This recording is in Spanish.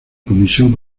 comisión